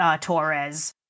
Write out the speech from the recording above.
Torres